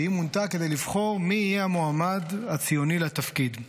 שמונתה כדי לבחור מי יהיה המועמד הציוני לתפקיד.